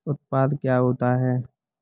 उत्पाद क्या होता है?